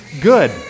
good